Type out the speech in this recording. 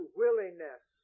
willingness